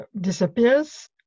disappears